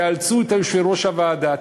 תאלצו את יושב-ראש הוועדה,